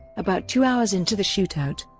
about two hours into the shootout,